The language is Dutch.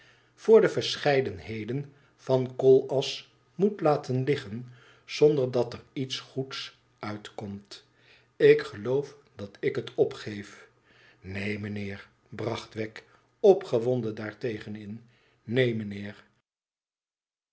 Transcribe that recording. voor de verscheidenheden van koolasch moet laten liggen zonder dat er iets goeds uitkomt ik geloof dat ik het opgeef neen meneer bracht wegg opgewonden daartegen in neen